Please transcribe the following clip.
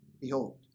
behold